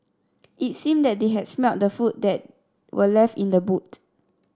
it seemed that they had smelt the food that were left in the boot